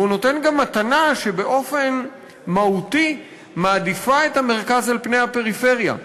והוא נותן גם מתנה שבאופן מהותי מעדיפה את המרכז על פני הפריפריה.